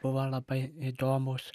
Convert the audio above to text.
buvo labai įdomūs